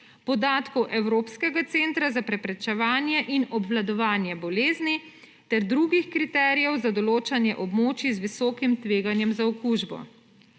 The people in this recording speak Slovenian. podatkov Evropskega centra za preprečevanje in obvladovanje bolezni ter drugih kriterijev za določanje območij z visokim tveganjem za okužbo.